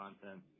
content